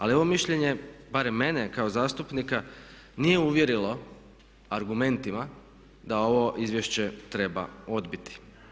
Ali ovo mišljenje barem mene kao zastupnika nije uvjerilo argumentima da ovo izvješće treba odbiti.